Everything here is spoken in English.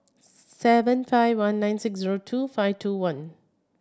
seven five one nine six zero two five two one